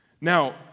Now